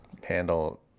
handle